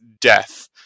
death